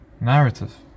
Narrative